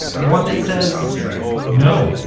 the one that says no,